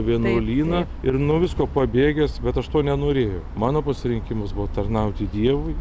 vienuolyną ir nuo visko pabėgęs bet aš to nenorėjau mano pasirinkimas buvo tarnauti dievui